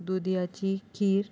दुदयाची खीर